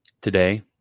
today